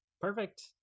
perfect